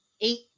eight